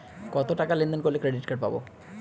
কতটাকা লেনদেন করলে ক্রেডিট কার্ড পাব?